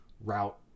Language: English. route